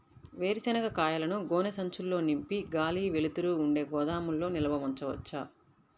వేరుశనగ కాయలను గోనె సంచుల్లో నింపి గాలి, వెలుతురు ఉండే గోదాముల్లో నిల్వ ఉంచవచ్చా?